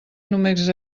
només